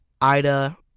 Ida